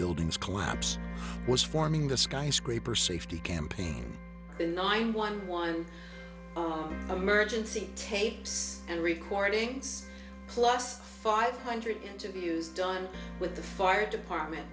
building's collapse was forming the skyscraper safety campaign and nine one one emergency tapes and recordings plus five hundred interviews done with the fire department